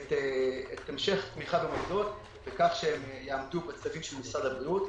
את המשך התמיכה במוסדות בכך שהם יעמדו בצווים של משרד הבריאות.